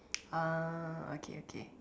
uh okay okay